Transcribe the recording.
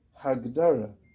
Hagdara